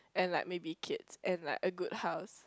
and like maybe kids and like a good house